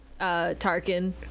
Tarkin